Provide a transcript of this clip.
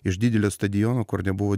iš didelio stadiono kur nebuvo